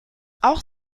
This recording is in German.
auch